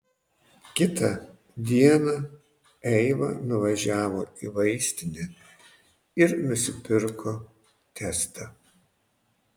kitą dieną eiva nuvažiavo į vaistinę ir nusipirko testą